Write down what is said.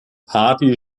party